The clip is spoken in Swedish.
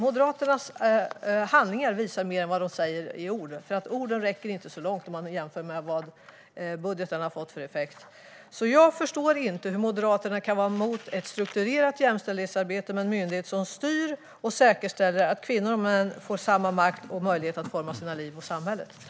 Moderaternas handlingar visar mer än deras ord. Orden räcker inte så långt om man jämför med vad budgeten har fått för effekt. Jag förstår inte hur Moderaterna kan vara emot ett strukturerat jämställdhetsarbete med en myndighet som styr och säkerställer att kvinnor och män får samma makt och möjligheter att forma sina liv och samhället.